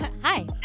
hi